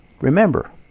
Remember